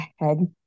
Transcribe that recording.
ahead